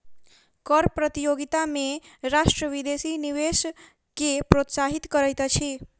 कर प्रतियोगिता में राष्ट्र विदेशी निवेश के प्रोत्साहित करैत अछि